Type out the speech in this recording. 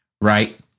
right